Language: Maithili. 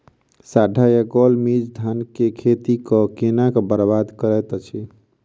साढ़ा या गौल मीज धान केँ खेती कऽ केना बरबाद करैत अछि?